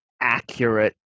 accurate